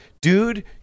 dude